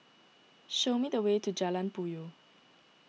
show me the way to Jalan Puyoh